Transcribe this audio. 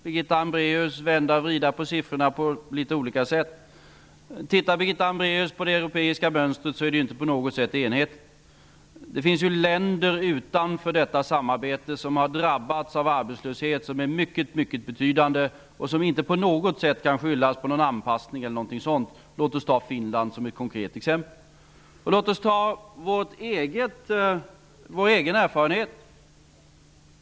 Birgitta Hambraeus kan vända och vrida på siffrorna på litet olika sätt, men om hon tittar på det europeiska mönstret är det inte på något sätt enhetligt. Det finns länder utanför detta samarbete som har drabbats av arbetslöshet som är mycket betydande och som inte på något sätt kan skyllas på någon anpassning. Låt oss ta Finland som ett konkret exempel, och låt oss ta vår egen erfarenhet.